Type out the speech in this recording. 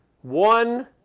one